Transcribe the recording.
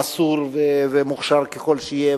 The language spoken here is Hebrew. מסור ומוכשר ככל שיהיה,